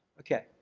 okay,